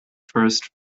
first